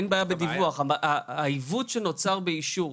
אין בעיה בדיווח אבל העיוות שנוצר באישור,